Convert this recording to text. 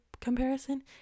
comparison